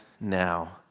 now